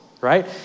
right